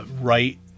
right